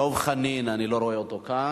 דב חנין, אני לא רואה אותו כאן,